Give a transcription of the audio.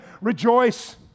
rejoice